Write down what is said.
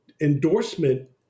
endorsement